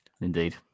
indeed